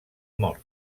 mort